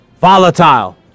Volatile